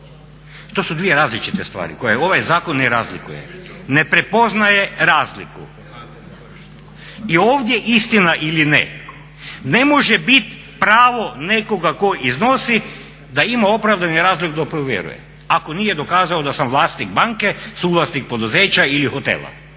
To su dvije različite stvari koje ovaj zakon ne razlikuje, ne prepoznaje razliku. I ovdje istina ili ne, ne može bit pravo nekoga tko iznosi da ima opravdani razlog da povjeruje ako nije dokazao da sam vlasnik banke, suvlasnik poduzeća ili hotela.